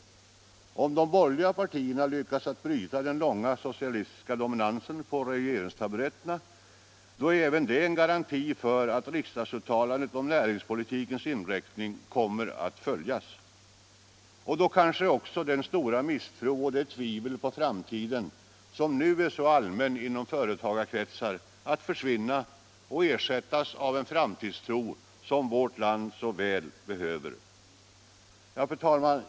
Om de borgerliga partierna lyckas att bryta den långa socialistiska dominansen på regeringstaburetterna, är det även en garanti för att riksdagsuttalandet om näringspolitikens inriktning kommer att följas. Och då kanske också den stora misstro och det tvivel på framtiden, som nu är så allmänna inom företagarkretsar, kommer att försvinna och ersättas av en framtidstro, som vårt land så väl behöver. Fru talman!